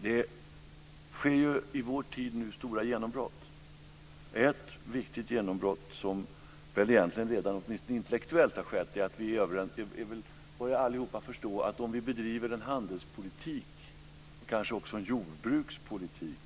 Det sker nu stora genombrott i vår tid. Ett viktigt genombrott, som väl egentligen redan har skett åtminstone intellektuellt, är att vi alla börjar förstå att om vi bedriver en handelspolitik, och kanske också en jordbrukspolitik,